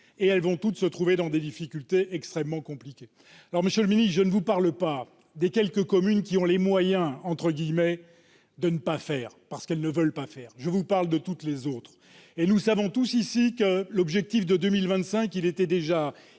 de logements, qui seront dans des situations extrêmement compliquées. Monsieur le ministre, je ne vous parle pas des quelques communes qui « ont les moyens » de ne pas faire, parce qu'elles ne veulent pas faire ; je vous parle de toutes les autres. Nous savons tous ici que l'objectif de 2025 était déjà